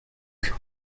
que